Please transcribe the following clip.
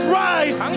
rise